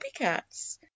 copycats